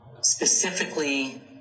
specifically